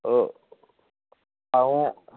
एह् अं'ऊ